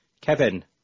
Kevin